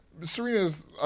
Serena's